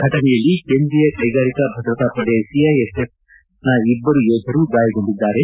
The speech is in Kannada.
ಫಟನೆಯಲ್ಲಿ ಕೇಂದ್ರೀಯ ಕೈಗಾರಿಕಾ ಭದ್ರತಾ ಪಡೆ ಸಿಐಎಸ್ಎಫ್ ಇಬ್ಬರು ಯೋಧರು ಗಾಯಗೊಂಡಿದ್ದಾರೆ